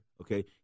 okay